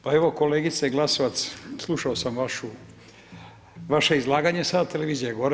Pa evo kolegice Glasovac, slušao sam vaše izlaganje sa televizije gore.